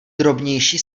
drobnější